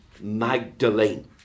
Magdalene